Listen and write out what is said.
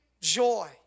joy